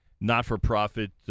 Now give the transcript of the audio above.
not-for-profit